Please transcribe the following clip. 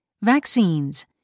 Vaccines